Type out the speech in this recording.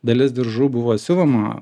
dalis diržų buvo siuvama